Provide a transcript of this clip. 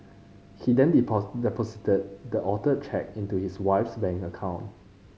he then deposited the altered cheque into his wife's bank account